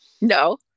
no